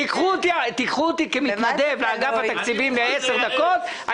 תיקחו אותי כמתנדב לאגף התקציבים ל-10 דקות,